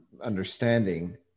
understanding